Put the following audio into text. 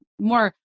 more